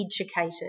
educated